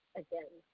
again